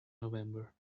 november